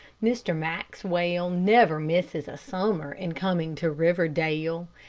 mr. maxwell never misses a summer in coming to riverdale.